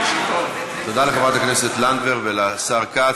תודה לחברת הכנסת לנדבר ולשר כץ.